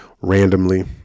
randomly